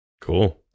Cool